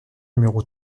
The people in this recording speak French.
numéro